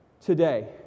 today